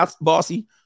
bossy